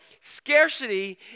scarcity